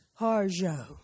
Harjo